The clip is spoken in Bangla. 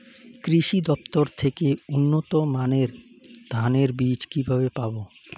কৃষি দফতর থেকে উন্নত মানের ধানের বীজ কিভাবে পাব?